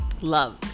Love